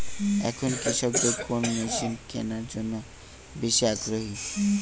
এখন কৃষকদের কোন মেশিন কেনার জন্য বেশি আগ্রহী?